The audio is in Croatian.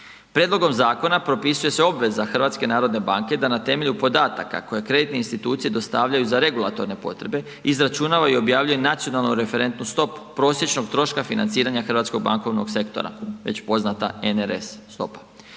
Prijedlogom zakona propisuje obveza HNB-a da na temelju podataka koje kreditne institucije dostavljaju za regulatorne potrebe, izračunava i objavljuje nacionalnu referentnu stopu prosječnog troška financiranja hrvatskog bankovnog sektora, već poznata NRS stopa.